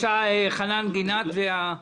בבקשה, חנן גינת, ואני רוצה לסכם.